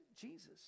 Jesus